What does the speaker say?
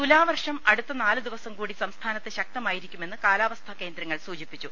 തുലാവർഷം അടുത്ത നാലുദിവസംകൂടി സംസ്ഥാ നത്ത് ശക്തമായിരിക്കുമെന്ന് കാലാവസ്ഥാ കേന്ദ്രങ്ങൾ സൂചിപ്പിച്ചു